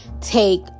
take